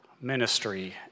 ministry